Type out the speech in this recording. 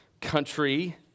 country